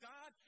God